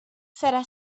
serà